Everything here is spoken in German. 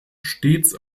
stets